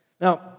Now